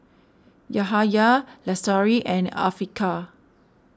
Yahaya Lestari and Afiqah